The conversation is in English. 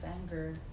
anger